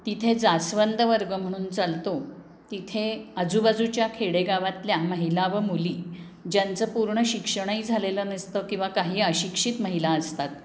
तिथे जास्वंदवर्ग म्हणून चालतो तिथे आजूबाजूच्या खेडेगावातल्या महिला व मुली ज्यांचं पूर्ण शिक्षणही झालेलं नसतं किंवा काही अशिक्षित महिला असतात